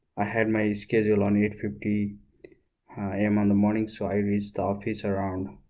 i had my schedule on eight fifty a m. on the morning so i reached the office around